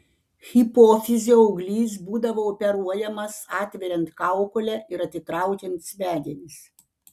hipofizio auglys būdavo operuojamas atveriant kaukolę ir atitraukiant smegenis